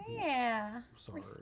yeah, sort of